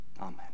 Amen